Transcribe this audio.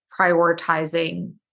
prioritizing